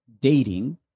dating